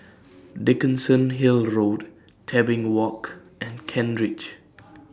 Dickenson Hill Road Tebing Walk and Kent Ridge